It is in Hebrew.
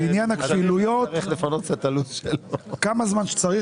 כמה זמן שצריך,